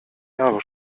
jahre